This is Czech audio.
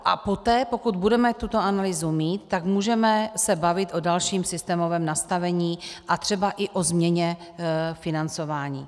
A poté, pokud budeme tuto analýzu mít, tak můžeme se bavit o dalším systémovém nastavení a třeba i o změně financování.